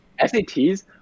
SATs